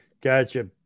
Gotcha